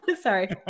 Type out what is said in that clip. Sorry